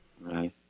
right